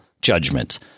judgment